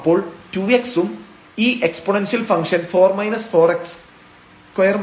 അപ്പോൾ 2x ഉം ഈ എക്സ്പോണേന്ഷ്യൽ ഫംഗ്ഷൻ 4 4x2 y2 ഉം